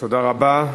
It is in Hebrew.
תודה רבה.